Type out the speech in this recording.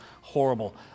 horrible